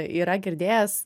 yra girdėjęs